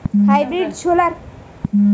Hybrid ছোলার বীজ কি পাওয়া য়ায়?